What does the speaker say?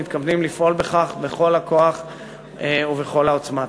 מתכוונים לפעול בכך בכל הכוח ובכל העוצמה.